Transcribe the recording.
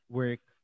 work